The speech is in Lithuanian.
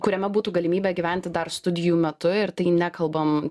kuriame būtų galimybė gyventi dar studijų metu ir tai nekalbam